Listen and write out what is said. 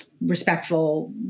respectful